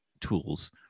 tools